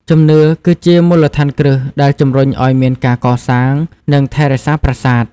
ជំនឿ គឺជាមូលដ្ឋានគ្រឹះដែលជំរុញឱ្យមានការកសាង និងថែរក្សាប្រាសាទ។